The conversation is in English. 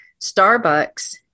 Starbucks